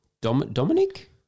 Dominic